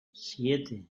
siete